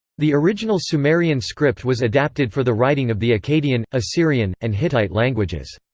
the original sumerian script was adapted for the writing of the akkadian, assyrian, and hittite languages.